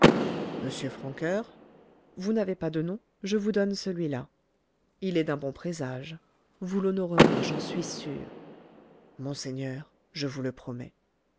m francoeur vous n'avez pas de nom je vous donne celui-là il est d'un bon présage vous l'honorerez j'en suis sûr monseigneur je vous le promets